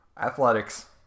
Athletics